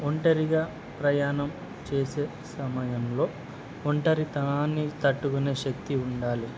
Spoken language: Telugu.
ఒంటరిగా ప్రయాణం చేసే సమయంలో ఒంటరితనాన్ని తట్టుకునే శక్తి ఉండాలి